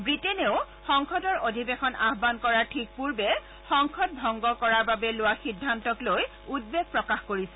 ৱিটেইনেও সংসদৰ অধিবেশন আহান কৰাৰ ঠিক পূৰ্বে সংসদ ভংগ কৰাৰ বাবে লোৱা সিদ্ধান্তক লৈ উদ্বেগ প্ৰকাশ কৰিছে